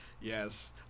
yes